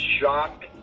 shock